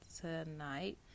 tonight